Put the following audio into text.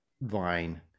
vine